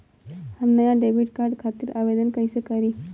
हम नया debit card खातिर आवेदन कईसे करी?